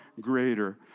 greater